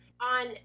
on